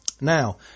Now